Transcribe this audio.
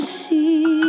see